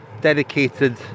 dedicated